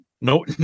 No